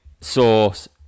Source